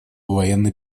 военной